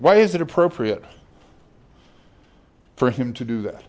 why is it appropriate for him to do that